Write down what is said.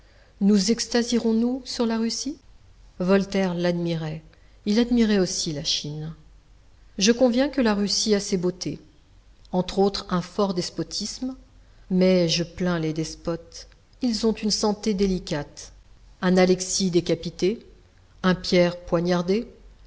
nous extasierons nous sur la russie voltaire l'admirait il admirait aussi la chine je conviens que la russie a ses beautés entre autres un fort despotisme mais je plains les despotes ils ont une santé délicate un alexis décapité un pierre poignardé